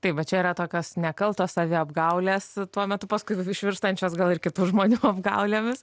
tai va čia yra tokios nekaltos saviapgaulės tuo metu paskui jau išvirstančios gal ir kitų žmonių apgaulėmis